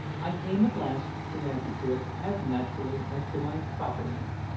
i came at last to answer to it as naturally as to my proper name.